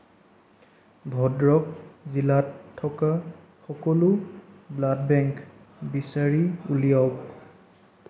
ভদ্ৰক জিলাত থকা সকলো ব্লাড বেংক বিচাৰি উলিয়াওক